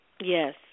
Yes